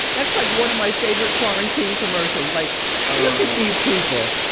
that's like one of my favorite quarantine commercials. like ah look at these people!